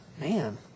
Man